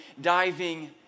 diving